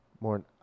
more